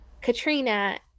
Katrina